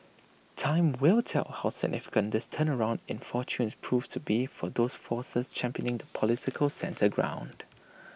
time will tell how significant this turnaround in fortunes proves to be for those forces championing the political centre ground